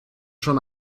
schon